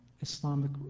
Islamic